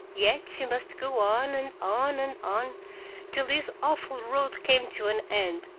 yet she must go on and on and on till this awful road came to an end.